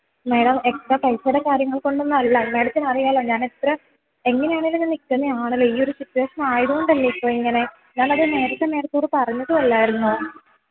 madam extra പൈസയുടെ കാര്യങ്ങൾ കൊണ്ടൊന്നുമല്ല മേടത്തിനറിയാമല്ലോ ഞാൻ എത്ര എങ്ങനെ ആണെങ്കിലും ഞാൻ നിൽക്കണേ ആണെങ്കിലോ ഈ ഒരു സിറ്റുവേഷൻ ആയതു കൊണ്ടല്ലേ ഇത്രയേ ഇങ്ങനെ ഞാനത് നേരത്തെ മേഡത്തോട് പറഞ്ഞതുമല്ലായിരുന്നോ